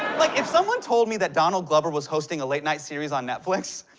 like if someone told me that donald glover was hosting a late-night series on netflix,